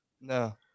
no